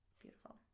beautiful